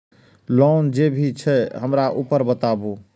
Loan जे भी छे हमरा ऊपर बताबू?